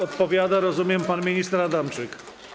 Odpowiada, rozumiem, pan minister Adamczyk.